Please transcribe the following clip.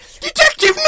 detective